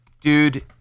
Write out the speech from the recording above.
Dude